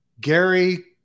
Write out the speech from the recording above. Gary